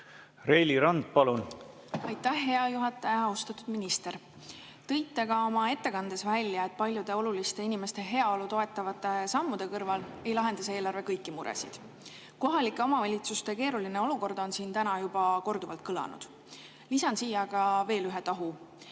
Reili Rand, palun! Aitäh, hea juhataja! Austatud minister! Te tõite oma ettekandes välja, et [vaatamata] paljudele olulistele, inimeste heaolu toetavatele sammudele ei lahenda see eelarve kõiki muresid. Kohalike omavalitsuste keeruline olukord on siin täna juba korduvalt kõlanud. Lisan siia veel ühe tahu.